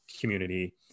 community